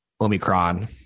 Omicron